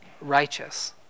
righteous